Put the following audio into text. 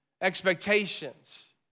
Expectations